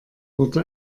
wurde